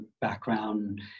background